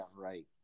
right